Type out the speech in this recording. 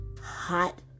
hot